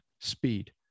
speed